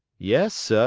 yes, seh,